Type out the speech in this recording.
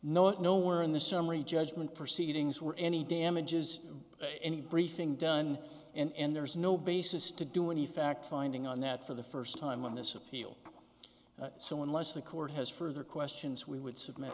it nowhere in the summary judgment proceedings were any damages any briefing done and there's no basis to do any fact finding on that for the first time on this appeal so unless the court has further questions we would submit